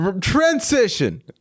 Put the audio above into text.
transition